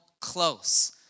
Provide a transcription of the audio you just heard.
close